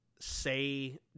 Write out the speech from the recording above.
say